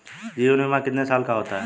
जीवन बीमा कितने साल का होता है?